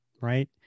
right